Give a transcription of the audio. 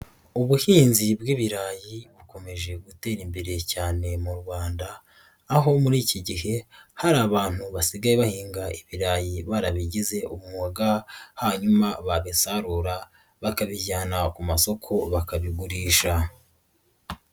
Ubuhinzi bw'ibirayi bukomeje gutera imbere cyane mu Rwanda aho muri iki gihe hari abantu basigaye bahinga ibirayi barabigize umwuga, hanyuma babisarura bakabijyana ku masoko bakabigurisha.